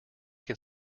can